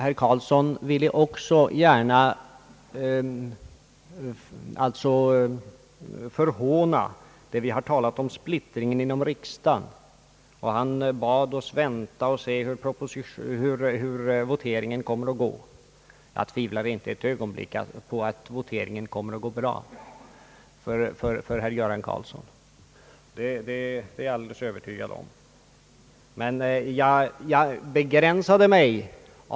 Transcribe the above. Herr Karlsson ville också gärna förhåna att vi talat om splittring inom riksdagsgruppen och bad oss vänta och se hur voteringen kommer att gå. Jag tvivlar inte ett ögonblick på att voteringen kommer att gå bra enligt herr Göran Karlssons uppfattning. Jag är alldeles övertygad om att voteringen ger det resultat man dikterat.